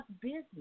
business